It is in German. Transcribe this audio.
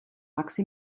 max